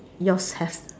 yours have